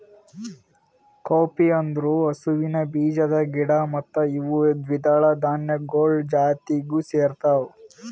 cowpea ಅಂದುರ್ ಹಸುವಿನ ಬೀಜದ ಗಿಡ ಮತ್ತ ಇವು ದ್ವಿದಳ ಧಾನ್ಯಗೊಳ್ ಜಾತಿಗ್ ಸೇರ್ತಾವ